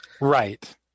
Right